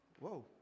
Whoa